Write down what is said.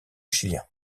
chilien